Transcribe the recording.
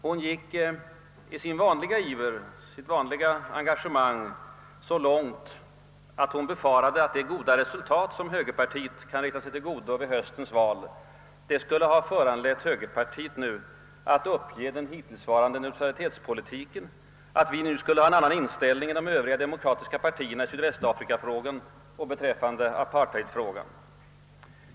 Hon gick i sin vanliga iver och med sitt vanliga engagemang så långt, att hon befarade att det goda resultat, som högerpartiet kan räkna sig till godo vid höstens val, skulle föranlett högerpartiet att nu uppge den hittillsvarande neutralitetspolitiken, och att vi nu skulle ha en annan inställning än de övriga demokratiska partierna i sydvästafrikafrågan och beträffande apartheidfrågan.